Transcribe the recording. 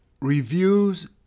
Reviews